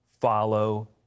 follow